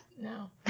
No